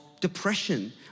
depression